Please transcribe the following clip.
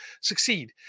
succeed